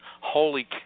holy